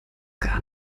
gar